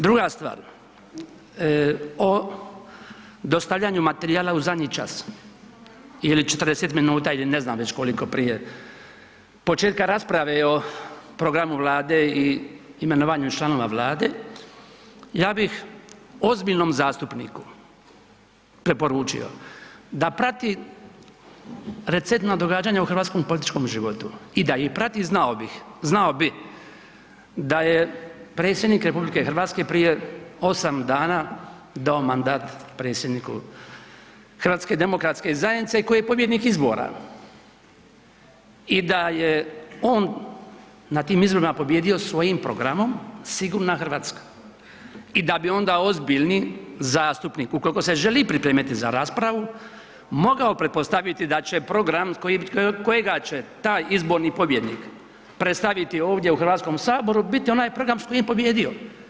Druga stvar, o dostavljanju materijala u zadnji čas ili 40 minuta ili ne znam već koliko prije početka rasprave o programu Vlade i imenovanja članova Vlade, ja bih ozbiljnom zastupniku preporučio da prati recentne događanja u hrvatskom političkom životu i da ih prati znao bi da je predsjednik RH prije osam dana dao mandat predsjedniku HDZ-a koja je pobjednik izbora i da je on na tim izborima pobijedio svojim programom „Sigurna Hrvatska“ i da bi onda ozbiljni zastupnik ukoliko se želi pripremiti za raspravu mogao pretpostaviti da će program kojega će taj izborni pobjednik predstaviti ovdje u Hrvatskom saboru biti onaj program s kojim je pobijedio.